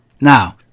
Now